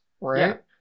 right